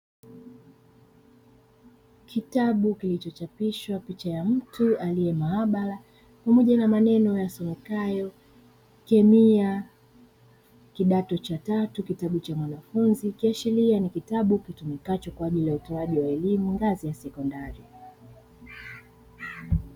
Kitabu kilichochapishwa picha ya mtu aliye maabara pamoja na maneno yasomekayo kemia kidato cha tatu, kitabu cha mwanafunzi. Ikiashiria ni kitabu kitumikacho kwa ajili ya utoaji wa elimu ngazi ya sekondari.